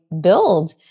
build